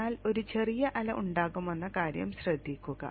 എന്നാൽ ഒരു ചെറിയ അല ഉണ്ടാകുമെന്ന കാര്യം ശ്രദ്ധിക്കുക